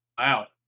Out